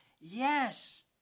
Yes